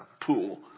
pool